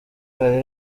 hari